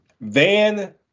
Van